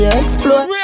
explode